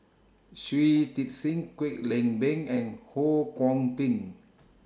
Shui Tit Sing Kwek Leng Beng and Ho Kwon Ping